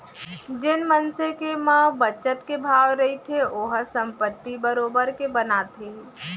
जेन मनसे के म बचत के भाव रहिथे ओहा संपत्ति बरोबर के बनाथे ही